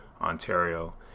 Ontario